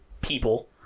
people